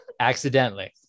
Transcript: Accidentally